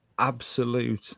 Absolute